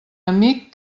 amic